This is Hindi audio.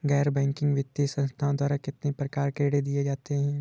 गैर बैंकिंग वित्तीय संस्थाओं द्वारा कितनी प्रकार के ऋण दिए जाते हैं?